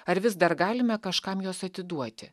ar vis dar galime kažkam juos atiduoti